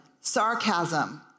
sarcasm